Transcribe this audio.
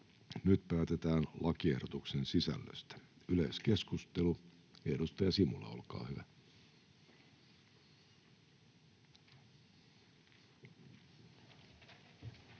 Nyt päätetään lakiehdotuksen sisällöstä. — Yleiskeskustelu, edustaja Simula, olkaa hyvä.